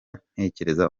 ntekereza